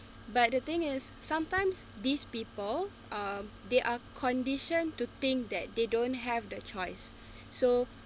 but the thing is sometimes these people are they are conditioned to think that they don't have the choice so